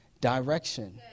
direction